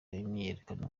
imyiyerekano